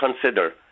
consider